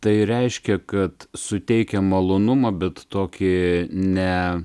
tai reiškia kad suteikia malonumą bet tokį ne